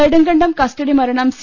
Nedumkandam custody മരണം C